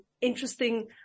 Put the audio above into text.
interesting